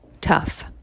tough